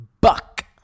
Buck